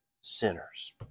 sinners